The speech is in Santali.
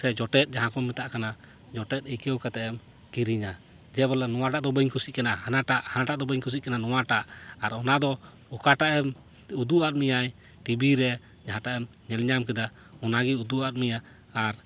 ᱛᱮ ᱡᱚᱴᱮᱫ ᱡᱟᱦᱟᱸ ᱠᱚ ᱢᱮᱛᱟᱜ ᱠᱟᱱᱟ ᱡᱚᱴᱮᱫ ᱤᱠᱟᱹᱣ ᱠᱟᱛᱮ ᱮᱢ ᱠᱤᱨᱤᱧᱟ ᱡᱮᱵᱚᱞᱮ ᱱᱚᱣᱟᱴᱟᱜ ᱫᱚ ᱵᱟᱹᱧ ᱠᱩᱥᱤᱜ ᱠᱟᱱᱟ ᱦᱟᱱᱟᱴᱟᱜ ᱦᱟᱱᱟᱴᱟᱜ ᱫᱚ ᱵᱟᱹᱧ ᱠᱩᱥᱤᱜ ᱠᱟᱱᱟ ᱱᱚᱣᱟᱴᱟᱜ ᱟᱨ ᱚᱱᱟ ᱫᱚ ᱚᱠᱟᱴᱟᱜ ᱮᱢ ᱩᱫᱩᱜ ᱟᱫ ᱢᱮᱭᱟᱭ ᱴᱤᱵᱤ ᱨᱮ ᱡᱟᱦᱟᱸᱴᱟᱜ ᱮᱢ ᱧᱮᱞ ᱧᱟᱢ ᱠᱮᱫᱟ ᱚᱱᱟᱜᱮ ᱩᱫᱩᱜ ᱟᱫ ᱢᱮᱭᱟᱭ ᱟᱨ